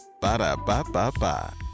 Ba-da-ba-ba-ba